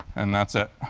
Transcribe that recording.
and that's it.